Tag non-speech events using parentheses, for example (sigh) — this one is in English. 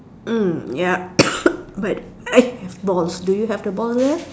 um ya (coughs) but I have balls do you have the ball there